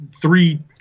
three